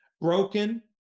Broken